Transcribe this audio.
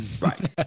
right